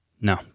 No